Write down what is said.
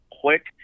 quick